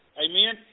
amen